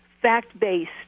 fact-based